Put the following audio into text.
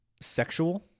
Sexual